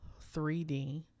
3d